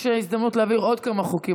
יש הזדמנות להעביר עוד כמה חוקים,